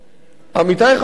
עמיתי חברי הכנסת,